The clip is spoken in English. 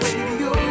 Radio